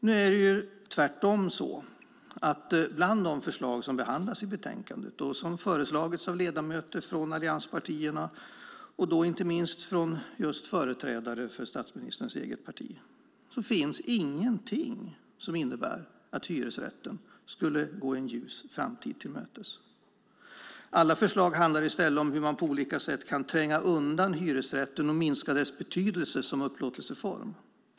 Nu är det tvärt om så att bland de förslag som behandlas i betänkandet och som föreslagits av ledamöter från allianspartierna, inte minst av just företrädare för statsministerns eget parti, finns ingenting som innebär att hyresrätten skulle gå en ljus framtid till mötes. Alla förslag handlar i stället om hur man på olika sätt kan tränga undan hyresrätten och minska dess betydelse som upplåtelseform.